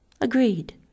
agreed